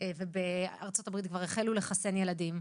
ובארצות הברית כבר החלו לחסן ילדים,